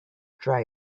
try